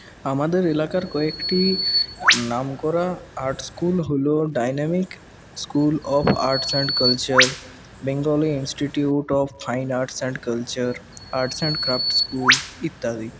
আমাদের এলাকার কয়েকটি নাম করা আর্ট স্কুল হল dynamic school of arts and culture Bengali institute of fine arts and culture arts and crafts school ইত্যাদি